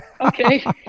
okay